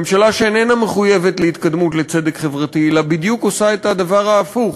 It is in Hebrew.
ממשלה שאיננה מחויבת להתקדמות לצדק חברתי אלא עושה בדיוק את הדבר ההפוך,